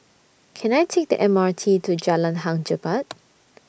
Can I Take The M R T to Jalan Hang Jebat